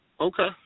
Okay